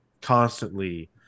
constantly